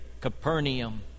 Capernaum